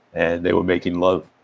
and they were making love